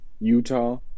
Utah